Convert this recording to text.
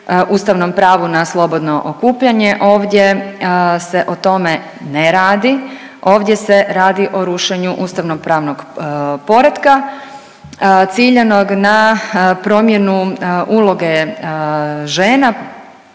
ustavnom pravu na slobodno okupljanje ovdje se o tome ne radi, ovdje se radi o rušenju ustavnopravnog poretka ciljanog na promjenu uloge žena,